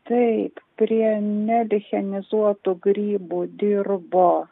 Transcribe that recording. taip prie nelichenizuotų grybų dirbo